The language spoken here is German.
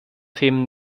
themen